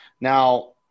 Now